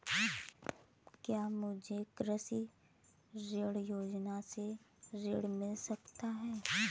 क्या मुझे कृषि ऋण योजना से ऋण मिल सकता है?